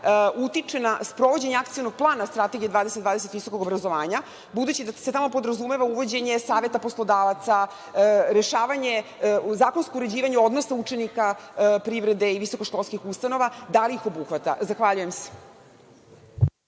utiče na sprovođenje akcionog plana strategije 2020 visokog obrazovanja, budući da se tamo podrazumeva uvođenje saveta poslodavaca, rešavanje, zakonsko uređivanje učenika, privrede i visokoškolskih ustanova, da li ih obuhvata. Zahvaljujem se.